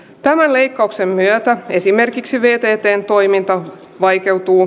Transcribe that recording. tämän leikkauksen myötä esimerkiksi myötä joten toiminta vaikeutuu